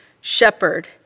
shepherd